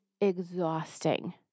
exhausting